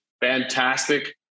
fantastic